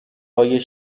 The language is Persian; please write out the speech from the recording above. های